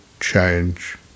change